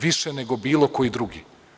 Više nego bilo ko drugi.